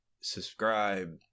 subscribe